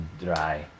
dry